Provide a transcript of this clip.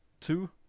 two